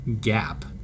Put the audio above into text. gap